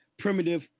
Primitive